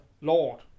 Lord